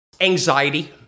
Anxiety